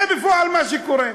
זה בפועל מה שקורה.